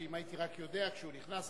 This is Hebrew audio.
שאם הייתי רק יודע כשהוא נכנס,